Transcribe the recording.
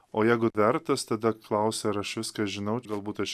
o jeigu vertas tada klausia ar aš viską žinau galbūt aš